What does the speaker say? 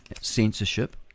censorship